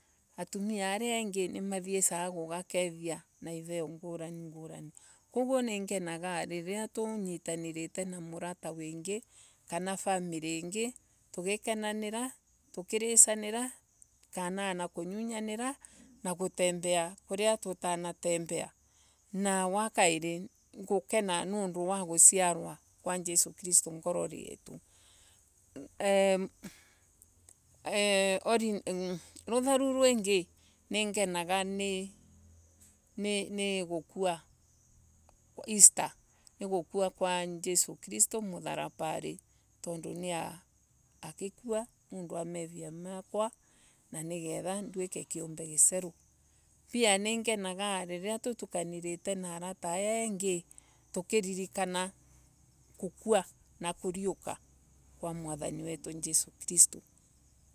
Atumia aria engi nimathiisaga kuga kethia na iveo ngurani ngurani. Koguo ningenadiriria riria tunyitanirite na murata wingi. kana famikri ingi ttugikenanire. tukirisanira kona ana kunyunyonira na kutembea kuria tutanatembea. Na ya kairi gukena nondu wa guciarwa kwa jesu kristo ngorori yetu. na irutha vou ringi ningenaga ni gukua kwa yesu kristo mutharavari. easter tondo agilua tondu ma meviamakwa tutuike kindu giceru pia ningenaga viviria tutukunite na avata akwa engi tukiririkana gukua na kuriuka kwa mwathani wetu yesu kristo.